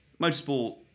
motorsport